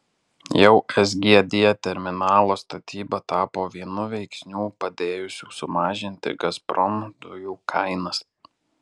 jau sgd terminalo statyba tapo vienu veiksnių padėjusių sumažinti gazprom dujų kainas